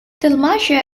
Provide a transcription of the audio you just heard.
dalmatia